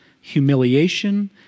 humiliation